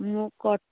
ମୁଁ କଟ